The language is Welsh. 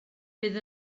bydd